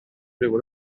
ryw